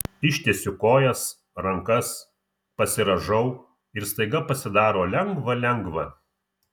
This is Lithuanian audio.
ištiesiu kojas rankas pasirąžau ir staiga pasidaro lengva lengva